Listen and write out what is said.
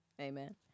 Amen